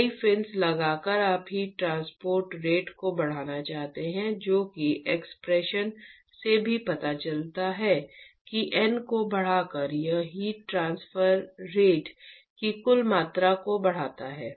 कई फिन्स लगाकर आप हीट ट्रांसफर रेट को बढ़ाना चाहते हैं जो कि एक्सप्रेशन से भी पता चलता है कि N को बढ़ाकर यह हीट ट्रांसफर रेट की कुल मात्रा को बढ़ाता है